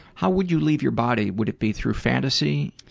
how would you leave your body, would it be through fantasy?